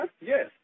yes